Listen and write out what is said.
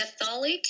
Catholic